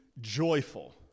joyful